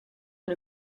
and